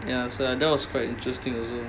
ya so that was quite interesting